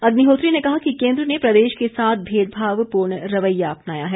अग्निहोत्री ने कहा कि केंद्र ने प्रदेश के साथ भेदभाव पूर्ण रवैया अपनाया है